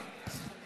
הכבוד,